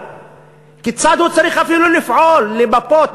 כיצד הוא צריך אפילו לפעול, למפות.